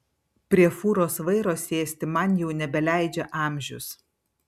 prie fūros vairo sėsti man jau nebeleidžia amžius